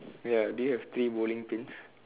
ya do you have three bowling pins